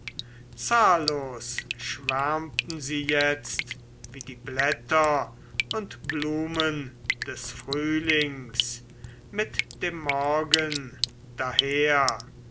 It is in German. zahllos schwärmten sie jetzt wie die blätter und blumen des frühlings mit dem morgen